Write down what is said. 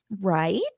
right